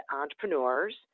entrepreneurs